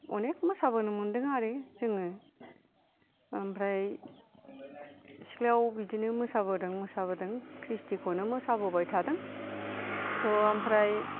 अनेक मोसाबोनो मोन्दों आरो जोङो ओमफ्राय सिख्लायाव बिदिनो मोसाबोदों ख्रिष्टिखौनो मोसाबोबाय थादों ओमफ्राय